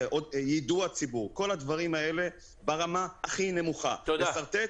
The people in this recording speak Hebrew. יידוע הציבור כל הדברים האלה הם ברמה הכי נמוכה -- תודה.